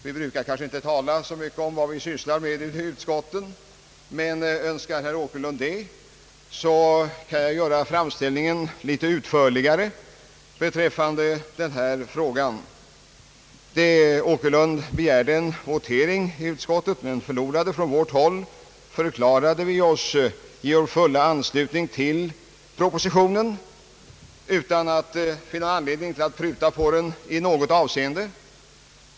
Vi brukar kanske inte tala så mycket om hur vi arbetar i utskotten, men önskar herr Åkerlund det, kan jag göra framställningen litet utförligare. Herr Åkerlund begärde en votering i utskottet om ytterligare föredragning och förlorade. Från vårt håll förklarade vi oss ge vår fulla anslutning till propositionen, utan att finna anledning att pruta på den i något avseende.